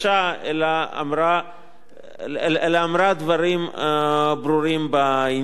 אלא אמרה דברים ברורים בעניין הזה.